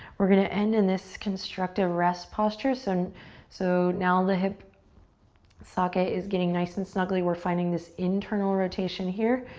we're gonna end in this constructive rest posture, so and so now the hip socket is getting nice and snuggly. we're finding this internal rotation here.